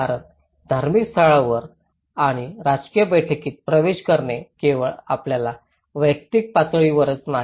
कारण धार्मिक स्थळांवर आणि राजकीय बैठकीत प्रवेश करणे केवळ आपल्या वैयक्तिक पातळीवरच नाही